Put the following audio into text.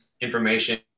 information